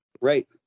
Right